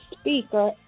speaker